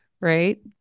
right